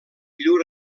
llur